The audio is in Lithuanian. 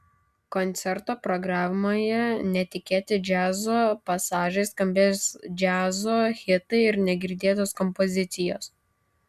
koncerto programoje netikėti džiazo pasažai skambės džiazo hitai ir negirdėtos kompozicijos